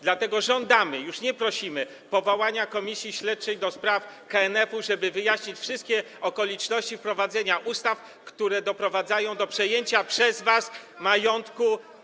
Dlatego żądamy, już nie prosimy, powołania komisji śledczej do spraw KNF-u, żeby wyjaśnić wszystkie okoliczności wprowadzania ustaw, które doprowadzają do przejęcia przez was majątku.